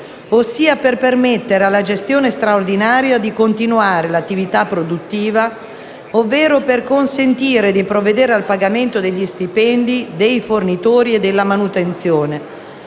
ossia per permettere alla gestione straordinaria di continuare l'attività produttiva, ovvero per consentire di provvedere al pagamento degli stipendi, dei fornitori e della manutenzione.